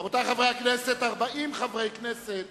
רבותי חברי הכנסת, 40 חברי כנסת